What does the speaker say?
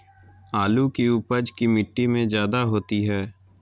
आलु की उपज की मिट्टी में जायदा होती है?